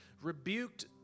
rebuked